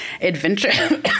adventure